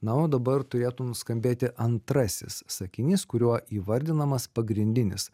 na o dabar turėtų nuskambėti antrasis sakinys kuriuo įvardinamas pagrindinis